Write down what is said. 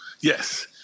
Yes